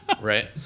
right